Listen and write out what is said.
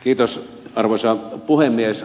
kiitos arvoisa puhemies